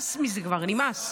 נמאס מזה כבר, נמאס.